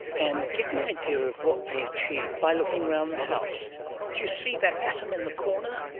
and get an idea of what they achieved by looking around the house. do you see that atom in the corner?